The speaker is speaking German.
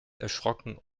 erschrocken